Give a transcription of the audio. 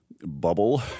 bubble